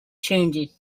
changes